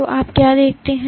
तो आप क्या देखते हैं